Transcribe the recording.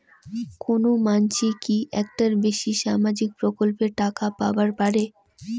কোনো মানসি কি একটার বেশি সামাজিক প্রকল্পের টাকা পাবার পারে?